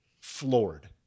floored